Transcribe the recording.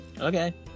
Okay